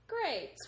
Great